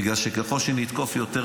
בגלל שככל שנתקוף יותר,